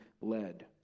led